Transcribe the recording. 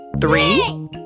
three